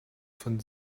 von